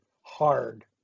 hard